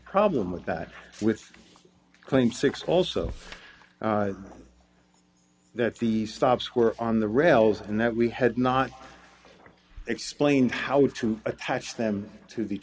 problem with that with claim six also that the stops were on the rails and that we had not explained how to attach them to the